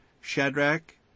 Shadrach